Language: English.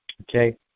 Okay